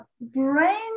brain